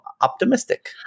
optimistic